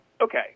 Okay